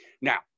Now